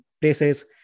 places